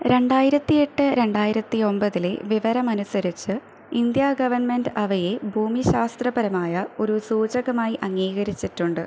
രണ്ടായിരത്തി എട്ട് രണ്ടായിരത്തി ഒമ്പതിലെ വിവരമനുസരിച്ച് ഇൻഡ്യാ ഗവൺമെൻറ്റ് അവയെ ഭൂമിശാസ്ത്രപരമായ ഒരു സൂചകമായി അംഗീകരിച്ചിട്ടുണ്ട്